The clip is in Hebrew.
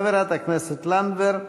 חברת הכנסת לנדבר,